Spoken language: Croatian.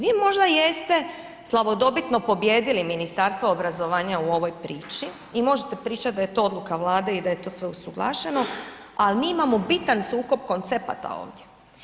Vi možda jeste slavodobitno pobijedili Ministarstvo obrazovanja u ovoj priči i možete pričati da je to odluka Vlade i da je to sve usuglašeno, ali mi imamo biran sukob koncepata ovdje.